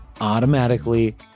automatically